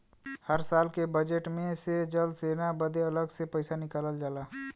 हर साल के बजेट मे से जल सेना बदे अलग से पइसा निकालल जाला